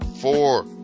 four